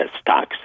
stocks